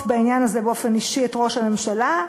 בעניין הזה באופן אישי את ראש הממשלה,